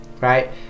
right